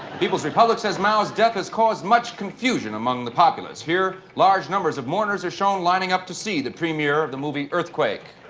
people's republic says mao's death has caused much confusion among the populace. here, large numbers of mourners are shown lining up to see the premier of the movie earthquake.